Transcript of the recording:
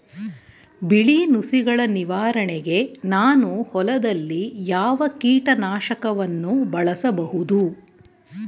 ಬಿಳಿ ನುಸಿಗಳ ನಿವಾರಣೆಗೆ ನಾನು ಹೊಲದಲ್ಲಿ ಯಾವ ಕೀಟ ನಾಶಕವನ್ನು ಬಳಸಬಹುದು?